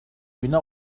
بینه